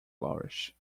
flourish